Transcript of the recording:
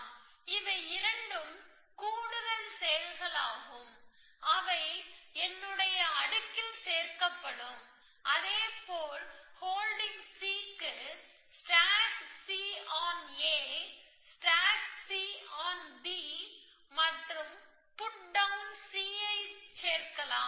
இவை இரண்டும் கூடுதல் செயல்களாகும் அவை என்னுடைய அடுக்கில் சேர்க்கப்படும் அதேபோல் ஹோல்டிங் C க்கு stack C on A stack C on B மற்றும் புட்டவுன் C ஐ சேர்ப்பேன்